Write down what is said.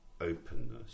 openness